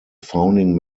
founding